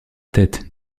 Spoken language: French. tête